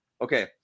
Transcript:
Okay